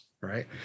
right